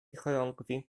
chorągwi